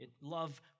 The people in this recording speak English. Love